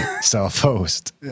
self-host